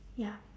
ya